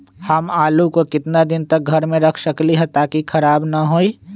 हम आलु को कितना दिन तक घर मे रख सकली ह ताकि खराब न होई?